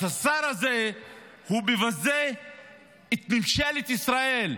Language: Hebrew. אז השר הזה מבזה את ממשלת ישראל,